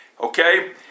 okay